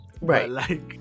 Right